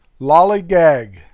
Lollygag